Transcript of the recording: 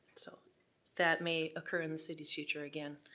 so that may occur in the city's future again,